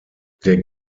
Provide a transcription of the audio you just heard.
der